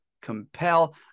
compel